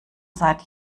seit